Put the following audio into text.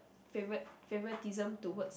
favorite favoritism towards